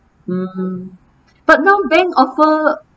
mm but now bank offer